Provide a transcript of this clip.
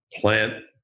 plant